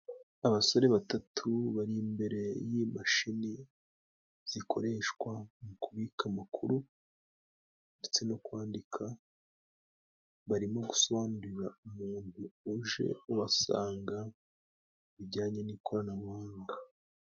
Abasore batatu bari imbere y'imashini zikoreshwa mu kubika amakuru ndetse no kwandika, barimo gusobanurira umuntu uje ubasanga ibijyanye n'ikoranabuhanga.